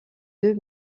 deux